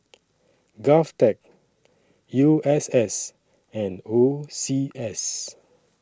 Govtech U S S and O C S